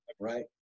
right